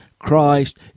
Christ